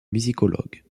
musicologue